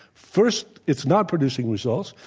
first, it's not producing results.